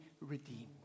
redeemed